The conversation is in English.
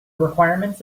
requirements